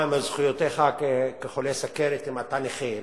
מהן זכויותיך כחולה סוכרת אם אתה נכה?